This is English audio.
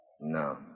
No